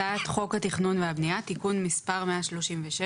הצעת חוק התכנון והבנייה (תיקון מס' 136)